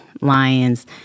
Lions